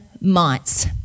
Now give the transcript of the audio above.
months